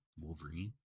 Wolverine